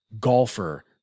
golfer